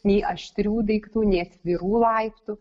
nei aštrių daiktų nei atvirų laiptų